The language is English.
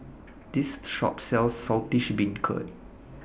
This Shop sells Saltish Beancurd